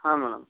ಹಾಂ ಮೇಡಮ್